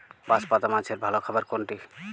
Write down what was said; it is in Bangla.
বাঁশপাতা মাছের ভালো খাবার কোনটি?